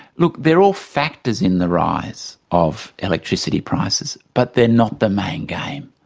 look, they're all factors in the rise of electricity prices, but they're not the main game.